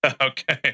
Okay